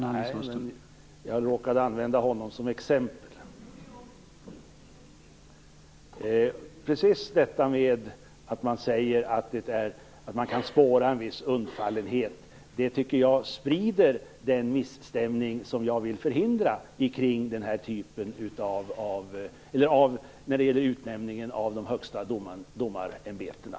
Herr talman! Nej, men jag råkade använda Rolf Åbjörnsson som exempel. När man säger att man kan spåra en viss undfallenhet sprider det en misstämning - som jag vill förhindra - när det gäller utnämningen av de högsta domarämbetena.